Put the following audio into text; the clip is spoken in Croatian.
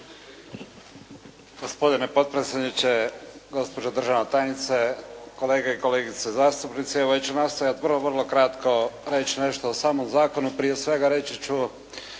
Gospodine potpredsjedniče, gospođo državna tajnice, kolege i kolegice zastupnici. Evo ja ću nastojati vrlo vrlo kratko reći nešto o samom zakonu. Prije svega reći ću